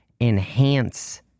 enhance